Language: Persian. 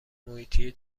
محیطی